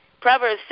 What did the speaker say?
Proverbs